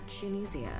Tunisia